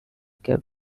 kept